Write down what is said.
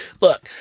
Look